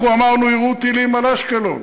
אנחנו אמרנו: יירו טילים על אשקלון.